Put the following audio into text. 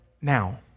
now